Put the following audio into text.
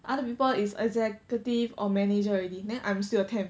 other people is executive or manager already then I'm still a temp